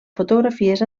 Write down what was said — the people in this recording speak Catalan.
fotografies